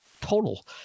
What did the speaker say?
Total